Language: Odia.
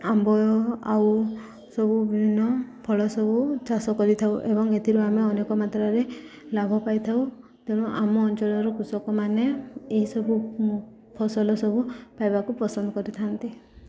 ଆମ୍ବ ଆଉ ସବୁ ବିଭିନ୍ନ ଫଳ ସବୁ ଚାଷ କରିଥାଉ ଏବଂ ଏଥିରୁ ଆମେ ଅନେକ ମାତ୍ରାରେ ଲାଭ ପାଇଥାଉ ତେଣୁ ଆମ ଅଞ୍ଚଳର କୃଷକମାନେ ଏହିସବୁ ଫସଲ ସବୁ ପାଇବାକୁ ପସନ୍ଦ କରିଥାନ୍ତି